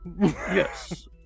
Yes